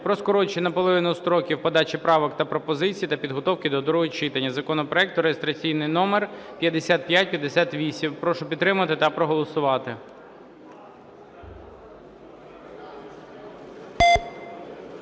скорочення наполовину строків подачу правок та пропозицій і підготовки до другого читання законопроекту (реєстраційний номер 5558). Прошу підтримати та проголосувати.